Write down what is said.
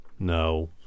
No